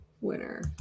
Winner